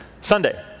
Sunday